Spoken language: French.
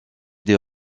des